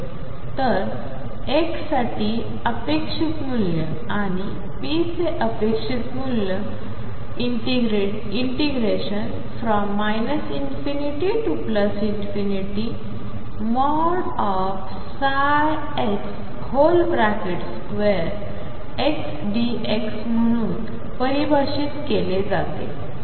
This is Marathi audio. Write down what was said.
तर x साठी अपेक्षित मूल्य आणि p चे अपेक्षित मूल्य ∞x2xdx म्हणून परिभाषित केले गेले